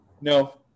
No